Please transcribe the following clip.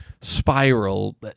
spiral